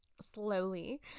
slowly